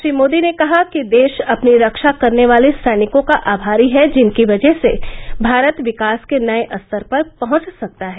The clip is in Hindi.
श्री मोदी ने कहा कि देश अपनी रक्षा करने वाले सैनिकों का आभारी हैं जिनकी वजह से भारत विकास के नए स्तर पर पहुंच सकता है